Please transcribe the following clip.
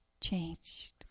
changed